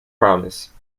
promise